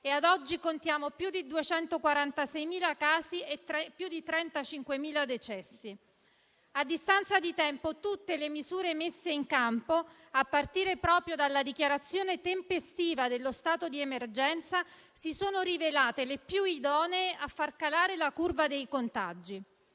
e ad oggi contiamo più di 246.000 casi e più di 35.000 decessi. A distanza di tempo, tutte le misure messe in campo, a partire proprio dalla dichiarazione tempestiva dello stato di emergenza, si sono rivelate le più idonee a far calare la curva dei contagi.